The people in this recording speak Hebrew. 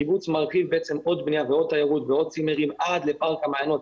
הקיבוץ מרחיב עוד בנייה ועוד תיירות ועוד צימרים עד לפארק המעיינות,